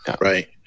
Right